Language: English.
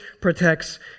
protects